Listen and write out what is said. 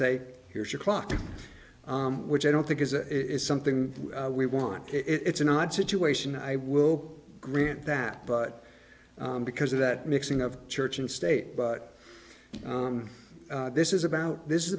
say here's your clock which i don't think is it is something we want it's an odd situation i will grant that but because of that mixing of church and state but this is about this is